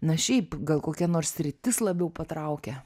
na šiaip gal kokia nors sritis labiau patraukė